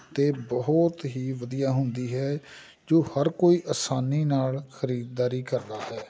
ਅਤੇ ਬਹੁਤ ਹੀ ਵਧੀਆ ਹੁੰਦੀ ਹੈ ਜੋ ਹਰ ਕੋਈ ਆਸਾਨੀ ਨਾਲ ਖਰੀਦਦਾਰੀ ਕਰਦਾ ਹੈ